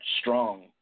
strong